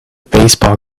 baseball